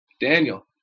daniel